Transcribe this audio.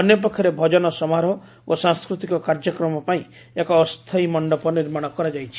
ଅନ୍ୟପକ୍ଷରେ ଭଜନ ସମାରୋହ ଓ ସାଂସ୍କୃତିକ କାର୍ଯ୍ୟକ୍ରମ ପାଇଁ ଏକ ଅସ୍ଥାୟୀ ମଣ୍ଡପ ନିର୍ମାଣ କରାଯାଇଛି